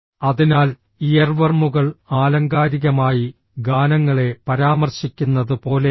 അതിനാൽ ഇയർവർമുകൾ ആലങ്കാരികമായി ഗാനങ്ങളെ പരാമർശിക്കുന്നത് പോലെയാണ്